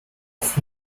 oft